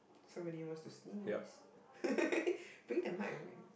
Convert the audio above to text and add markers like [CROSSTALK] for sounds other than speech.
somebody wants to sneeze [LAUGHS] bring the mic away